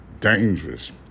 dangerous